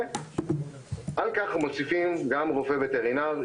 על כך מוסיפים גם רופא וטרינר,